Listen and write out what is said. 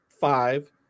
five